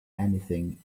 anything